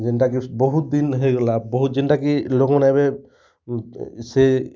ଯେନ୍ଟା କି ବହୁତ୍ ଦିନ୍ ହେଇଗଲା ବହୁତ୍ ଯେନ୍ଟା କି ଲୋକ୍ ମାନେ ଏବେ ସେ